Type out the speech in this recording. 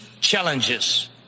challenges